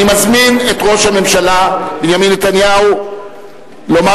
אני מזמין את ראש הממשלה בנימין נתניהו לומר